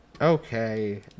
okay